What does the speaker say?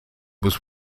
was